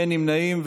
אין נמנעים.